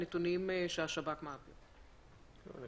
יש דברים שאנחנו עדיין לא מבינים, זה